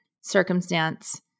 circumstance